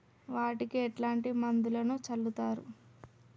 వాటికి ఎట్లాంటి మందులను చల్లుతరు?